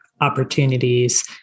opportunities